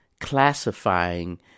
classifying